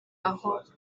aho